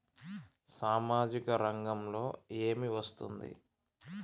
సామాజిక రంగంలో ఏమి వస్తుంది?